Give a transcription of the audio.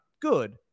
Good